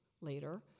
later